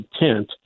intent